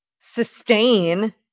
sustain